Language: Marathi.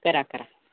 करा करा